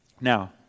Now